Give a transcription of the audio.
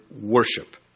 worship